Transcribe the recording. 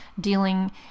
dealing